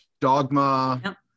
Dogma